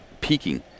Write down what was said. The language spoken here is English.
peaking